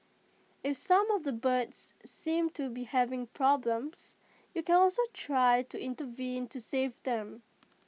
if some of the birds seem to be having problems you can also try to intervene to save them